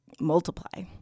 multiply